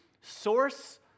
source